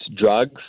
drugs